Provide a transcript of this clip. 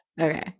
Okay